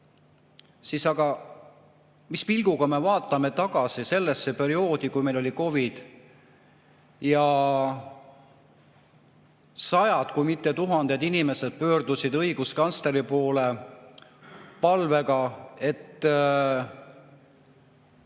siis mis pilguga me vaatame tagasi sellesse perioodi, kui meil oli COVID ja sajad, kui mitte tuhanded inimesed pöördusid õiguskantsleri poole palvega, et